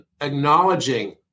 acknowledging